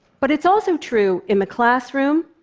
but it's also true in the classroom,